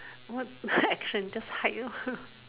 what action just hide you